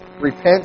repent